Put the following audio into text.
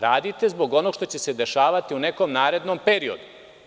Radite zbog onoga što će se dešavati u nekom narednom periodu.